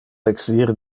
exir